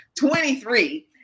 23